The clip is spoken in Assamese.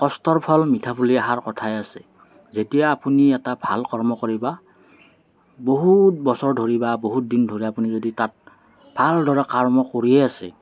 কষ্টৰ ফল মিঠা বুলি এষাৰ কথাই আছে যেতিয়া আপুনি এটা ভাল কৰ্ম কৰিব বহুত বছৰ ধৰি বা বহুত দিন ধৰি আপুনি যদি তাত ভালদৰে কৰ্ম কৰিয়ে আছে